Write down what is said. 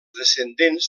descendents